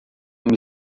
uma